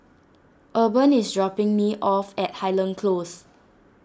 Urban is dropping me off at Highland Close